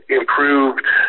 improved